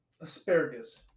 Asparagus